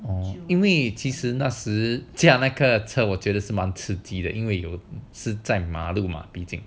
因为其实那时驾那个车我觉得是蛮刺激的因为有是在马路吗毕竟